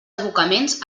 abocaments